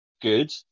good